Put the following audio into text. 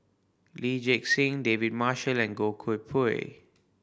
Lee Gek Seng David Marshall and Goh Koh Pui